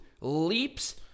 leaps